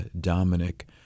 Dominic